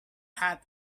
had